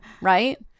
Right